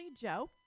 Joe